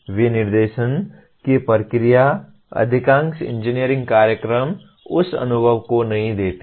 विनिर्देशन की प्रक्रिया अधिकांश इंजीनियरिंग कार्यक्रम उस अनुभव को नहीं देते हैं